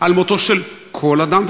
על מותו של כל אדם,